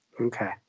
Okay